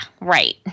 right